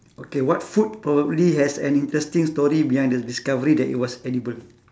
okay what food probably has an interesting story behind the discovery that is was edible